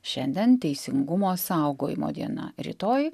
šiandien teisingumo saugojimo diena rytoj